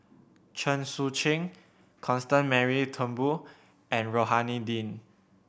Chen Sucheng Constance Mary Turnbull and Rohani Din